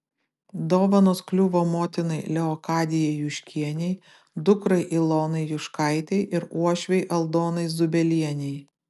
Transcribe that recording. dovanos kliuvo motinai leokadijai juškienei dukrai ilonai juškaitei ir uošvei aldonai zubelienei